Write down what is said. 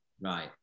right